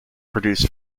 produce